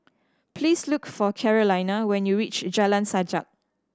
please look for Carolina when you reach Jalan Sajak